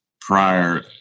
prior